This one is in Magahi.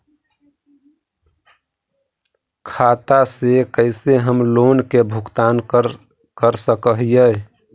खाता से कैसे हम लोन के भुगतान कर सक हिय?